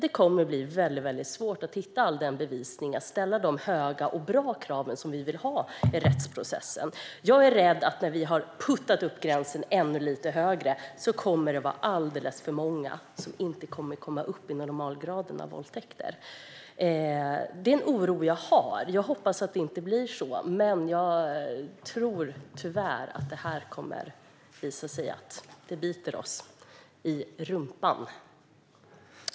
Det kommer att bli väldigt svårt att hitta all bevisning och att ställa de höga och bra krav som vi vill ha i rättsprocessen. Jag är rädd att det, när vi har puttat upp gränsen ännu lite högre, kommer att vara alldeles för många som inte kommer upp i våldtäkt av normalgraden. Det är en oro jag har. Jag hoppas att det inte blir så, men jag tror tyvärr att det kommer att visa sig att detta biter oss i rumpan.